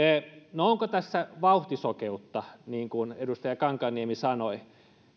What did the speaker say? no onko tässä vauhtisokeutta niin kuin edustaja kankaanniemi sanoi